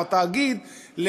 או התאגיד,